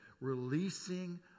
releasing